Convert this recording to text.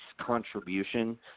contribution